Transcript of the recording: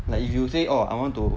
like if you say orh I want to